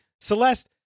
Celeste